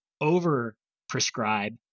over-prescribe